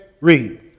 Read